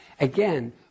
again